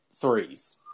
threes